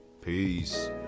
Peace